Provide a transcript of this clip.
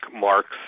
marks